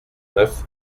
neuf